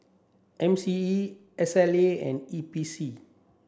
M C E S L A and E P C